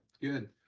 good